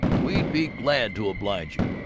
we'd be glad to oblige you!